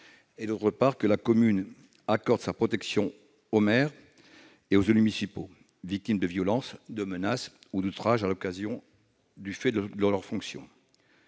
et, d'autre part, que la commune accorde sa protection au maire et aux élus municipaux victimes de violences, de menaces ou d'outrages à l'occasion ou du fait de leurs fonctions.